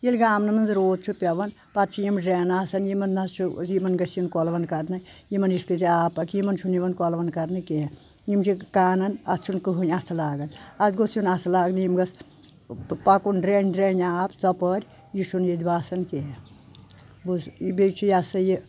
ییٚلہِ گامَن منٛز روٗد چھُ پؠوان پتہٕ چھِ یِم ڈرینہٕ آسان یِمَن نہ حظ چھُ یِمَن گژھِ یُن کۄلوَن کَرنہٕ یِمَن یُس تتہِ آب پَکہِ یِمن چھُنہٕ یِوان کۄلوَن کَرنہٕ کینٛہہ یِم چھِ کانَن اَتھ چھُنہٕ کٕہٕنۍ اَتھٕ لاگان اَتھ گوٚژھ یُن اَتھٕ لاگنہٕ یِم گژھ پَکُن ڈرَینہِ ڈرَیٚنہِ آب ژۄپٲرۍ یہِ چھُنہٕ ییٚتہِ باسان کینٛہہ بوز بیٚیہِ چھُ یہِ ہسا یہِ